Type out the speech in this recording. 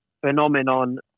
phenomenon